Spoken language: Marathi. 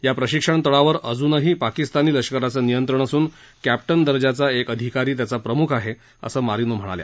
या प्रशिक्षण तळावर अजूनही पाकिस्तानी लष्कराचं नियंत्रण असून कॅप्टन दर्जाचा एक अधिकारी त्याचा प्रमुख आहे असं मारीनो म्हणाल्या